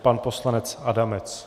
Pan poslanec Adamec.